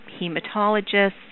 hematologists